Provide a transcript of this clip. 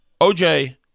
OJ